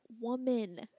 woman